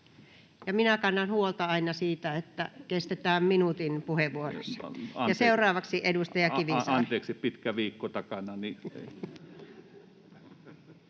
minä kannan huolta aina siitä, että pysytään minuutin puheenvuoroissa. [Naurua — Jukka Gustafsson: Anteeksi, pitkä viikko takana!]